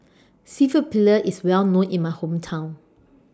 Seafood Paella IS Well known in My Hometown